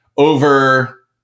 Over